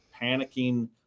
panicking